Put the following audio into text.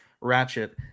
ratchet